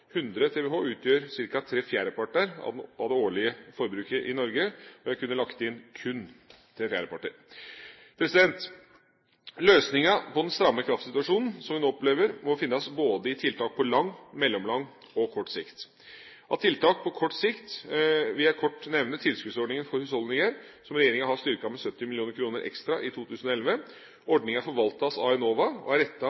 100 TWh utgjør ca. tre fjerdeparter av det årlige forbruket i Norge – kun tre fjerdeparter, kunne jeg lagt til. Løsningen på den stramme kraftsituasjonen som vi nå opplever, må finnes i tiltak på både lang, mellomlang og kort sikt. Av tiltak på kort sikt vil jeg kort nevne tilskuddsordningen for husholdninger, som regjeringen har styrket med 70 mill. kr ekstra i 2011.